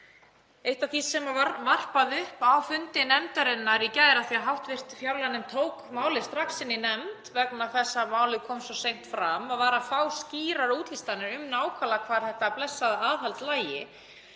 Eitt af því sem var velt upp á fundi nefndarinnar í gær, af því að hv. fjárlaganefnd tók málið strax inn í nefnd vegna þess að málið kom svo seint fram, var að fá skýrara útlistanir um nákvæmlega hvar þetta blessaða aðhald lægi.